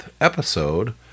episode